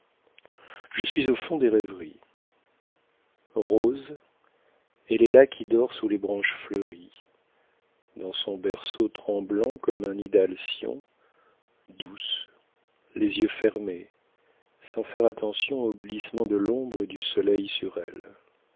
je suis au fond des rêveries rose elle est là qui dort sous les branches fleuries dans son berceau tremblant comme un nid d'alcyon douce les yeux fermés sans faire attention au glissement de l'ombre et du soleil sur elle